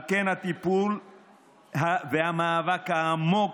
ועל כן הטיפול והמאבק העמוק